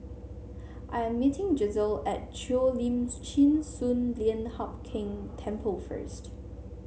I am meeting Gisselle at Cheo Lim Chin Sun Lian Hup Keng Temple first